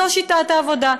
זאת שיטת העבודה,